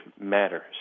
matters